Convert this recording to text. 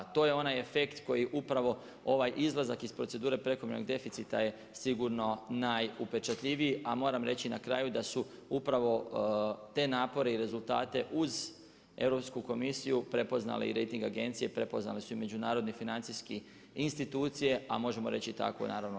To je onaj efekt koji upravo ovaj izlazak iz procedure prekomjernog deficita je sigurno najupečatljiviji a moram reći na kraju da su upravo te napore i rezultate uz Europsku komisiju prepoznale i rejting agencije, prepoznale su i međunarodne i financijske institucije a možemo reći tako naravno i domaća javnost.